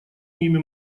ними